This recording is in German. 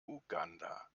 uganda